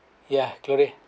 yeah truly